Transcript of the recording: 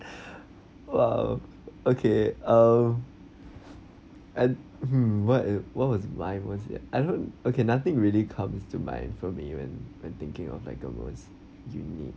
!wow! okay uh and mm what if what was mine most yet I don't okay nothing really comes to mind for me when when thinking of like the most unique